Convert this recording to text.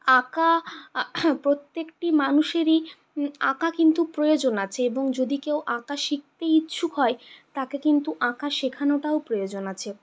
আঁকা প্রত্যেকটি মানুষেরই আঁকা কিন্তু প্রয়োজন আছে এবং যদি কেউ আঁকা শিখতে ইচ্ছুক হয় তাকে কিন্তু আঁকা শেখানোটাও প্রয়োজন আছে